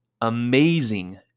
amazing